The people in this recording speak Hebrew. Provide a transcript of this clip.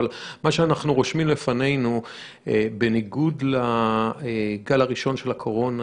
מה שאנחנו רושמים לפנינו הוא שבניגוד לגל הראשון של הקורונה